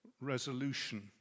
resolution